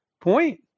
point